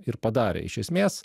ir padarė iš esmės